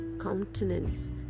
countenance